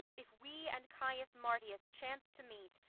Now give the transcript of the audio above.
if we and caius marcius chance to meet,